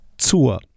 zur